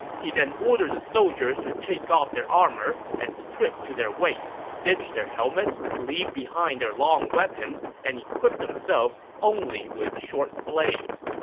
he then ordered the soldiers to take off their armor and strip to their waist, ditch their helmets, leave behind their long weapons and equip themselves only with short blades.